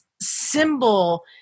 symbol